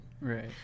Right